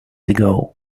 ago